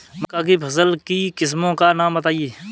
मक्का की फसल की किस्मों का नाम बताइये